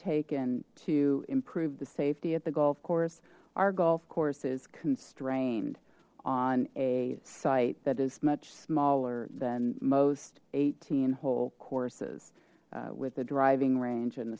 taken to improve the safety at the golf course our golf course is constrained on a site that is much smaller than most eighteen hole courses with the driving range and